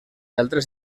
altres